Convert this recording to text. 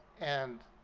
and